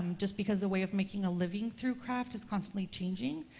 um just because the way of making a living through craft is constantly changing.